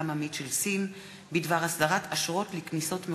העממית של סין בדבר הסדרת אשרות לכניסות מרובות.